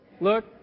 Look